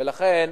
ולכן,